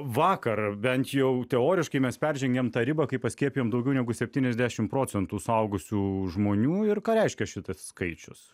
vakar bent jau teoriškai mes peržengėm tą ribą kai paskiepijom daugiau negu septyniasdešimt procentų suaugusių žmonių ir ką reiškia šitas skaičius